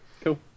cool